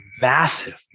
massive